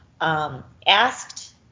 asked